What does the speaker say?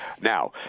Now